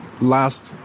last